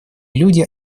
люди